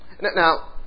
Now